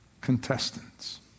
contestants